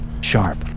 Sharp